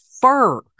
fur